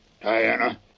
Diana